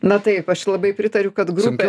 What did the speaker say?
na taip aš labai pritariu kad grupė